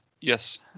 Yes